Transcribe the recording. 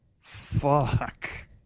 Fuck